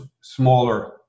smaller